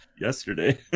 yesterday